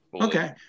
Okay